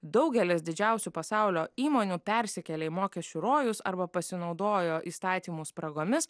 daugelis didžiausių pasaulio įmonių persikėlė į mokesčių rojus arba pasinaudojo įstatymų spragomis